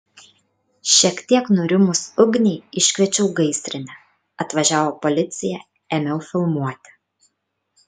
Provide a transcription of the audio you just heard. šiek tiek nurimus ugniai iškviečiau gaisrinę atvažiavo policija ėmiau filmuoti